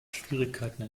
schwierigkeiten